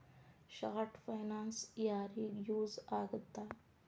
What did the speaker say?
short finance ಯಾರಿಗ use ಆಗತ್ತಾ